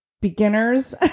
Beginners